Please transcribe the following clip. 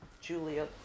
Julia